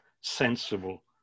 sensible